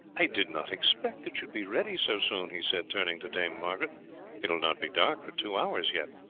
i did not expect that you would be ready so soon, he said, turning to dame margaret it will not be dark for two hours yet.